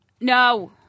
no